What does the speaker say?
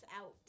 out